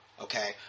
Okay